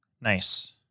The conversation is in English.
Nice